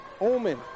Omen